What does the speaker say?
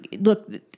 look